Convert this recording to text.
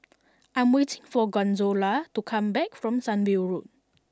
I'm waiting for Gonzalo to come back from Sunview Road